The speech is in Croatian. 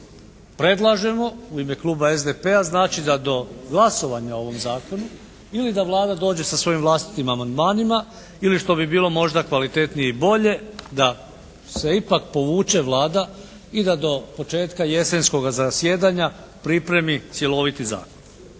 Predlažemo u ime kluba SDP-a znači da do glasovanja o ovom zakonu ili da Vlada dođe sa svojim vlastitim amandmanima ili što bi bilo možda kvalitetnije i bolje da se ipak povuče Vlada i da do početka jesenskoga zasjedanja pripremi cjeloviti zakon.